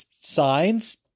signs